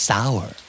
Sour